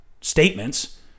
statements